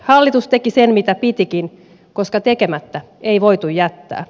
hallitus teki sen mitä pitikin koska tekemättä ei voitu jättää